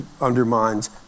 undermines